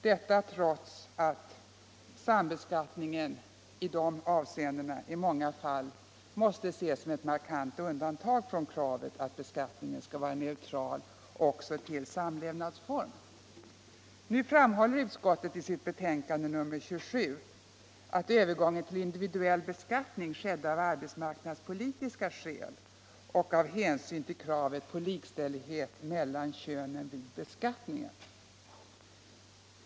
Detta trots att sambeskattningen i många fall måste ses som ett markant undantag från kravet att beskattningen skall vara neutral också till samlevnadsform. Nu framhåller utskottet i sitt betänkande nr 27 att övergången till individuell beskattning skedde av arbetsmarknadspolitiska skäl och av hänsyn till kravet på likställighet mellan könen vid beskattningen.